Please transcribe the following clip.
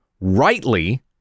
rightly